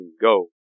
go